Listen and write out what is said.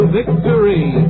victory